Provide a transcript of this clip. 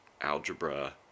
algebra